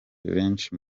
benshi